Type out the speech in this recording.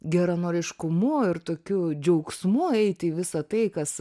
geranoriškumu ir tokiu džiaugsmu eiti į visa tai kas